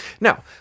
Now